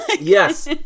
Yes